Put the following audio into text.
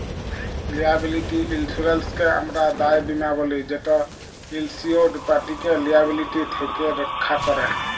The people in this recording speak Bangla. লিয়াবিলিটি ইলসুরেলসকে আমরা দায় বীমা ব্যলি যেট ইলসিওরড পাটিকে লিয়াবিলিটি থ্যাকে রখ্যা ক্যরে